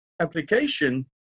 application